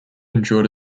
endured